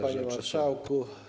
Panie Marszałku!